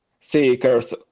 seekers